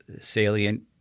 salient